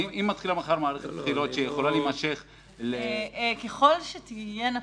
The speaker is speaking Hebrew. אם מתחילה מחר מערכת בחירות שיכולה להימשך --- ככל שיהיו בחירות,